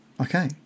Okay